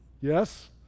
yes